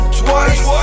twice